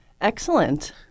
Excellent